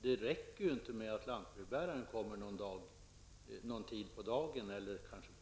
Det räcker inte med att lantbrevbäraren kommer någon gång på dagen eller på natten.